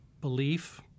belief